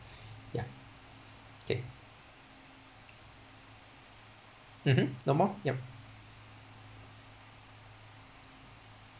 ya okay mmhmm no more yup